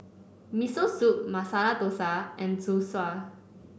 Miso Soup Masala Dosa and Zosui